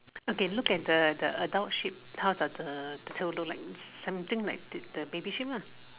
okay look at the the adult sheep how does the tail look like something like the baby sheep lah